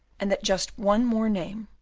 and that just one more name,